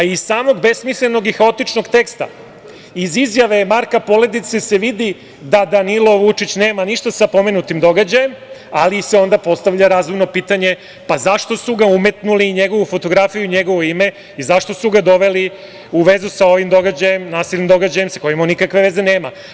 Iz samog besmislenog i haotičnog teksta, iz izjava Marka Poledice se vidi da Danilo Vučić nema ništa sa pomenutim događajem, ali se onda postavlja razumno pitanje - a zašto su ga umetnuli, njegovu fotografiju i njegovo ime, i zašto su ga doveli u vezu sa ovim nasilnim događajem, sa kojim on nikakve veze nema?